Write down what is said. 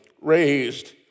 raised